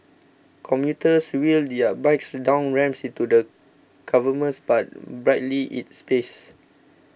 commuters wheel their bikes down ramps into the cavernous but brightly lit space